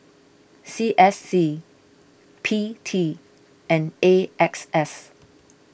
C S C P T and A X S